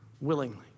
willingly